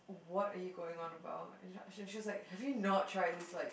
what are you going on about and she she was like have you not tried this like